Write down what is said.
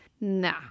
Nah